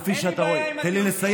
חיכיתי להגיד את זה בשקט, שתשמע.